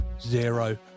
zero